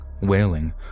wailing